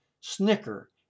snicker